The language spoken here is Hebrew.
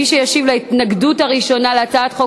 מי שתשיב על ההתנגדות הראשונה להצעת חוק